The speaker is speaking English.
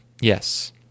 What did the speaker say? Yes